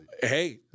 Hey